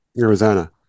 Arizona